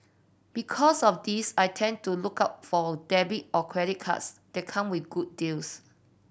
because of this I tend to look out for debit or credit cards that come with good deals